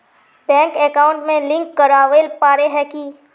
Bank account में link करावेल पारे है की?